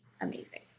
amazing